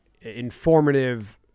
informative